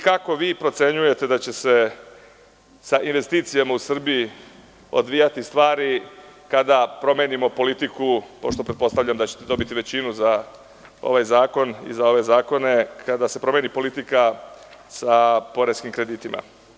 Kako procenjujete da će se sa investicijama u Srbiji odvijati stvari kada promenimo politiku, pošto pretpostavljam da ćete dobiti većinu za ovaj zakon i za ove zakone, kada sepromeni politika sa poreskim kreditima?